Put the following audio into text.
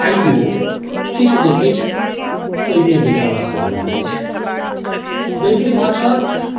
आइयो किछु ने किछु ओहिमे विकास भऽ रहल अछि मैथिली भाषाक